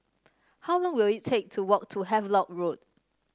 how long will it take to walk to Havelock Road